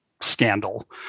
scandal